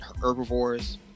herbivores